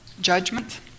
judgment